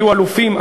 היו אלופים,